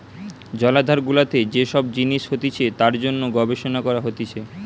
জলাধার গুলাতে যে সব জিনিস হতিছে তার জন্যে গবেষণা করা হতিছে